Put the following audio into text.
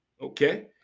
okay